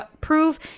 prove